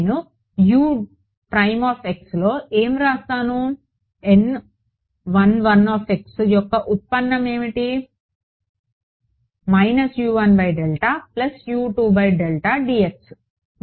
నేను లో ఏమి వ్రాస్తాను N11 యొక్క ఉత్పన్నం ఏమిటి